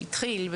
התחיל,